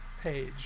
page